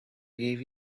gave